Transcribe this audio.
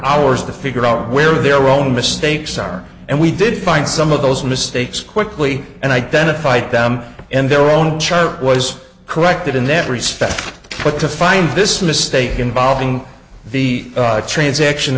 hours to figure out where their own mistakes are and we did find some of those mistakes quickly and identified them in their own chart was correct in that respect but to find this mistake involving the transaction